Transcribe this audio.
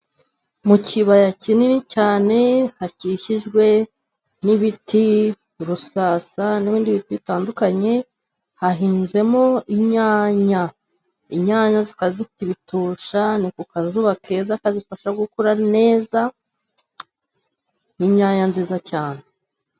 Mu kibaya kinini cyane, hakikijwe n'ibiti, urusasa n'ibindi bitandukanye, hahinzemo inyanya, inyanya zikaba zifite ibitusha, ni ku kazuba keza kazifasha gukura neza, ni inyanya nziza cyane.